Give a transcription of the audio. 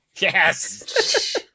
Yes